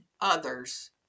others